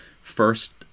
first